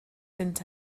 into